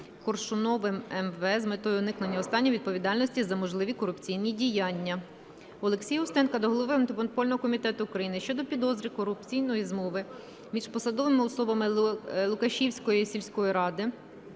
Коршуновим М.В. з метою уникнення останнім відповідальності за можливі корупційні діяння. Олексія Устенка до Голови Антимонопольного комітету України щодо підозри корупційної змови між посадовими особами Лукашівської сільської ради